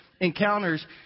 encounters